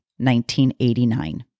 1989